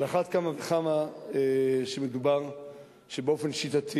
על אחת כמה וכמה כשמדובר בכך שבאופן שיטתי